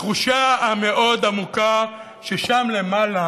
התחושה המאוד-עמוקה ששם למעלה,